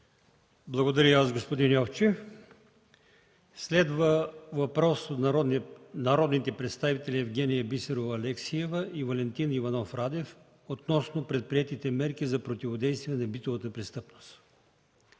Благодаря и аз, господин Йовчев. Следва въпрос от народните представители Евгения Бисерова Алексиева и Валентин Иванов Радев относно предприетите мерки за противодействие на битовата престъпност.